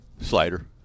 Slider